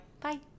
Bye